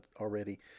already